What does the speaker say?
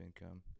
income